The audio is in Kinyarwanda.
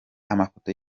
amafoto